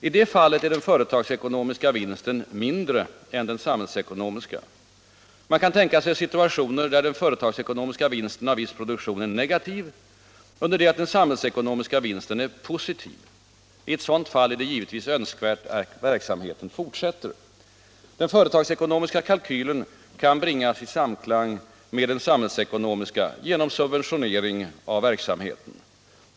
I det fallet är den företagsekonomiska vinsten mindre än den samhällsekonomiska. Man kan tänka sig situationer, där den företagsekonomiska vinsten av viss produktion är negativ under det att den samhällsekonomiska vinsten är positiv. I ett sådant fall är det givetvis önskvärt att verksamheten fortsätter. Den företagsekonomiska kalkylen kan bringas i samklang med den samhällsekonomiska genom subventionering av verksamheten.